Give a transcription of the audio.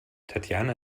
tatjana